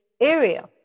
area